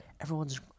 everyone's